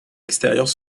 extérieurs